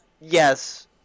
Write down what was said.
Yes